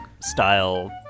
Style